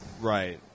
Right